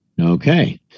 okay